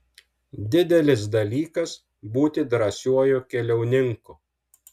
didelis dalykas būti drąsiuoju keliauninku